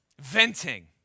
venting